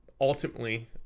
Ultimately